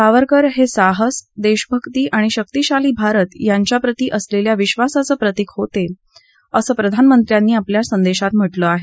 सावरकर हे साहस देशभक्ती आणि शक्तीशाली भारत यांच्याप्रति असलेल्या विबासाचं प्रतिक होते असं प्रधानमंत्र्यांनी आपल्या संदेशात म्हटलं आहे